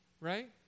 right